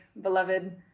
beloved